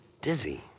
dizzy